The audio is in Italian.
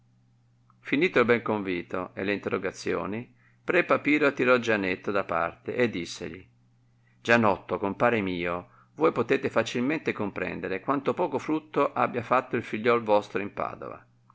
il bel convito e le interrogazioni pre papiro tirò gianetto da parte e dissegli gianotto compare mio voi potete facilmente comprendere quanto poco frutto abbia fatto il figliuol vostro in padova